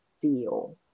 feel